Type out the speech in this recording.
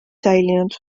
säilinud